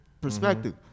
perspective